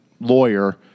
lawyer